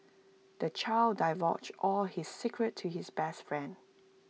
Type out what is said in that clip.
the child divulged all his secrets to his best friend